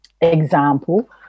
example